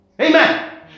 amen